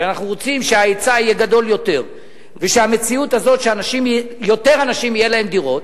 ואנחנו רוצים שההיצע יהיה גדול יותר ושיותר אנשים יהיו להם דירות,